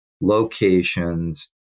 locations